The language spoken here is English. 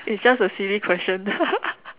it's just a silly question